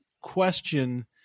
question